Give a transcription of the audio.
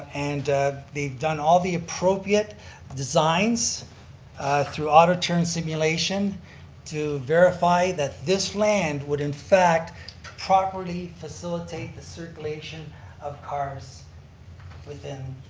and they've done all the appropriate designs through autoturn simulation to verify that this land would in fact properly facilitate the circulation of cars within